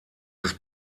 des